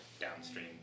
downstream